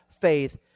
faith